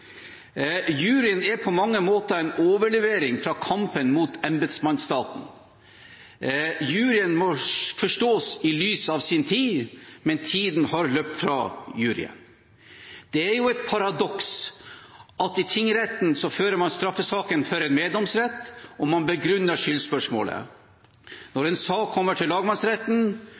Juryen er på mange måter en overlevning fra kampen mot embetsmannsstaten. Juryen må forstås i lys av sin tid, men tiden har løpt fra juryen. Det er et paradoks at i tingretten fører man straffesaken for en meddomsrett, og man begrunner skyldspørsmålet, men når en sak kommer til lagmannsretten,